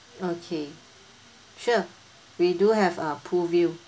okay sure we do have a pool view